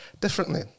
differently